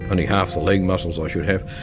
only half the leg muscles i should have,